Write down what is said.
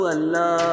Allah